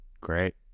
Great